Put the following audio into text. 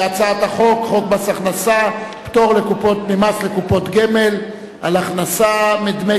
חוק מס הכנסה (פטור ממס לקופת גמל על הכנסה מדמי